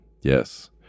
yes